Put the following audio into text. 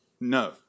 No